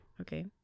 Okay